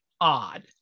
odd